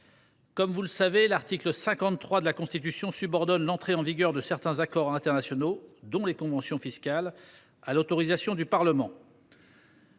Comme vous le savez, l’article 53 de la Constitution subordonne l’entrée en vigueur de certains accords internationaux, dont les conventions fiscales, à l’autorisation du Parlement.